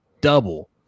double